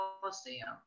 coliseum